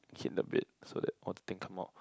hit the bed so that all the thing come out